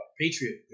Patriot